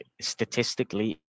statistically